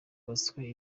hubatswe